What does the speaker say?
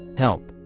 help.